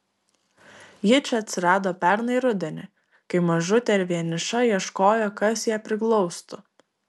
ji čia atsirado pernai rudenį kai mažutė ir vieniša ieškojo kas ją priglaustų